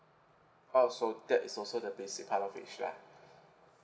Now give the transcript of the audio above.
oh so that is also the basic coverage lah